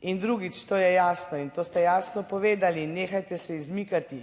in drugič, to je jasno in to ste jasno povedali in nehajte se izmikati,